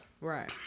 Right